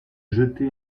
jetai